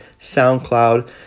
SoundCloud